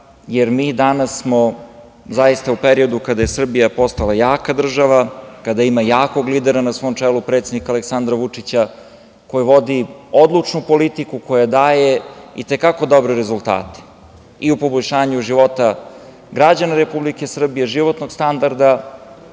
smo danas zaista u periodu kada je Srbija postala jaka država, kada ima jakog lidera na svom čelu, predsednika Aleksandra Vučića, koji vodi odlučnu politiku koja daje i te kako dobre rezultate i u poboljšanju života građana Republike Srbije, životnog standarda,